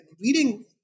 reading